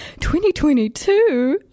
2022